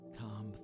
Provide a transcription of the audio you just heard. calm